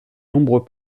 nombreux